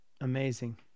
Amazing